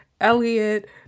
Elliot